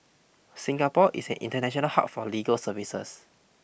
Singapore is an international hub for legal services